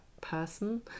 person